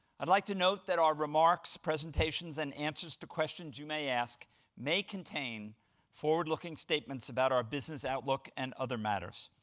i'd like to note that our remarks, presentations, and answers to questions you may ask may contain forward-looking statements about our business outlook and other matters.